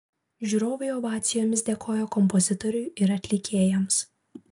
žiūrovai ovacijomis dėkojo kompozitoriui ir atlikėjams